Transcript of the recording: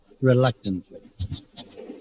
reluctantly